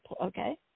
okay